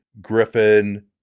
griffin